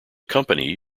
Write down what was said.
company